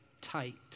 tight